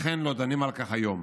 לכן לא דנים על כך היום,